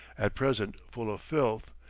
at present full of filth,